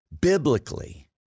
biblically